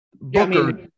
Booker –